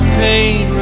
pain